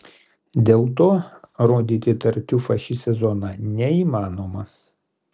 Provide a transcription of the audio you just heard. dėl to rodyti tartiufą šį sezoną neįmanoma